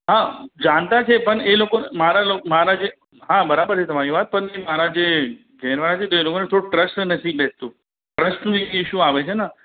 હા જાણતાં છે પણ એ લોકો મારા લો મારા જે હા બરાબર છે તમારી વાત પણ મારા જે બહેનો આવ્યા છે તો એ લોકોને થોડું ટ્રસ્ટ નથી બેસતું ટ્રસ્ટનું એક ઇસ્યૂ આવે છે ને